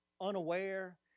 unaware